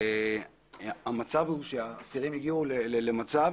האסירים הגיעו למצב